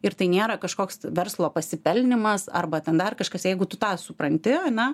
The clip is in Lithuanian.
ir tai nėra kažkoks verslo pasipelnymas arba ten dar kažkas jeigu tu tą supranti ane